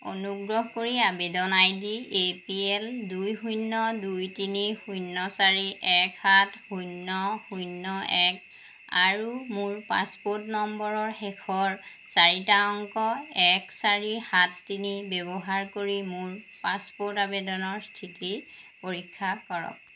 অনুগ্ৰহ কৰি আবেদন আইডি এ পি এল দুই শূন্য দুই তিনি শূন্য চাৰি এক সাত শূন্য শূন্য এক আৰু মোৰ পাছপোৰ্ট নম্বৰৰ শেষৰ চাৰিটা অংক এক চাৰি সাত তিনি ব্যৱহাৰ কৰি মোৰ পাছপোৰ্ট আবেদনৰ স্থিতি পৰীক্ষা কৰক